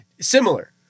Similar